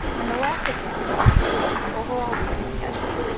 and the last example is an overall weekly schedule.